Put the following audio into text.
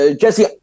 Jesse